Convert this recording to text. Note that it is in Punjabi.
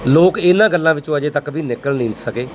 ਲੋਕ ਇਹਨਾਂ ਗੱਲਾਂ ਵਿੱਚੋਂ ਅਜੇ ਤੱਕ ਵੀ ਨਿਕਲ ਨਹੀਂ ਸਕੇ